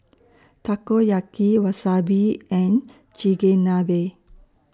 Takoyaki Wasabi and Chigenabe